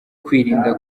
kwirinda